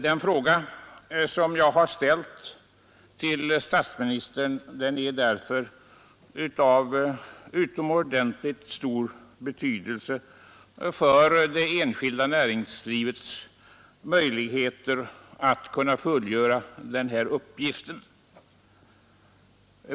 Den fråga som jag har ställt till statsministern är i sin tur av utomordentligt stor betydelse för det enskilda näringslivets förutsättningar att fullgöra den här uppgiften.